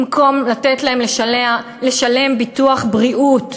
במקום לתת להם לשלם ביטוח בריאות,